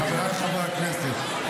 חבריי חברי הכנסת,